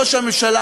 ראש הממשלה,